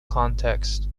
context